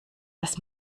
das